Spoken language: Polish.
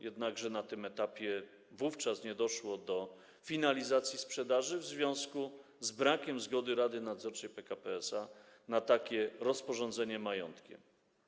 Jednakże na ówczesnym etapie nie doszło do finalizacji sprzedaży w związku z brakiem zgody Rady Nadzorczej PKP SA na takie rozporządzenie majątkiem.